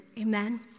amen